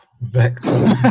vector